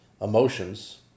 emotions